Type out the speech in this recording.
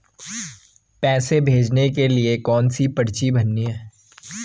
पैसे भेजने के लिए कौनसी पर्ची भरनी है?